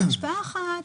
השפעה אחת,